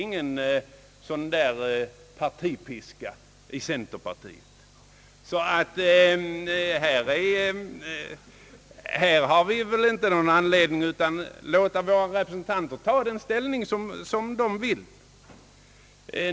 Ja, ja, Vi har ingen partipiska i centerpartiet och alltså ingen anledning att förhindra våra representanter att ta den ställning de vill.